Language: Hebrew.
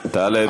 טלב.